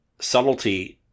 subtlety